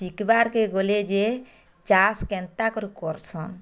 ଶିଖ୍ବାର୍ କେ ଗଲେ ଯେ ଚାଷ୍ କେନ୍ତା କରି କର୍ସନ୍